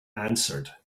answered